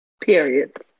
period